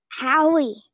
Howie